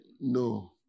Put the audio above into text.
no